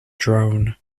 drone